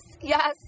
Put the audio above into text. yes